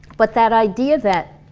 but that idea that